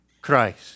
Christ